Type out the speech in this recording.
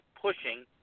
pushing